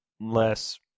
less